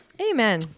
Amen